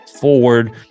forward